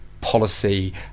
policy